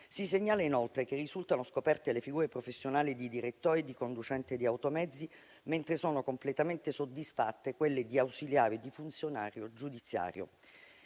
Si segnala inoltre che risultano scoperte le figure professionali di direttore e di conducente di automezzi, mentre sono completamente soddisfatte quelle di ausiliario e di funzionario giudiziario.